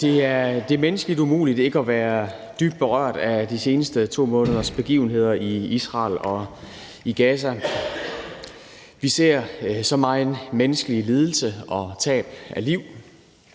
Det er menneskeligt umuligt ikke at være dybt berørt af de seneste 2 måneders begivenheder i Israel og i Gaza. Vi ser så megen menneskelig lidelse og tab af liv.